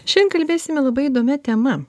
šiandien kalbėsime labai įdomia tema